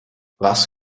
was